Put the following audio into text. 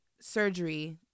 surgery